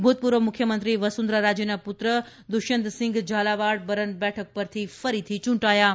ભૂતપૂર્વ મુખ્યમંત્રી વસુંધરા રાજેના પુત્ર દુષ્યંતસિંઘ ઝાલાવાડ બરન બેઠક પરથી ફરીથી ચૂંટાયા છે